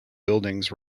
buildings